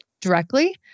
directly